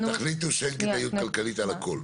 --- אז תחליטו שאין כדאיות כלכלית על הכול,